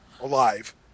alive